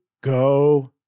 go